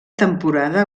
temporada